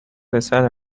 پسر